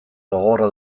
gogorra